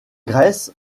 grèce